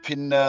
Pin